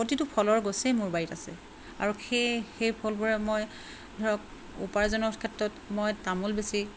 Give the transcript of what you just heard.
প্ৰতিটো ফলৰ গছেই মোৰ বাৰীত আছে আৰু সেই সেই ফলবোৰে মই ধৰক উপাৰ্জনৰ ক্ষেত্ৰত মই তামোল বেচি